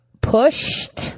pushed